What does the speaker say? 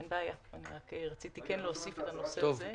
אין בעיה, רק רציתי להוסיף את הנושא הזה.